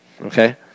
Okay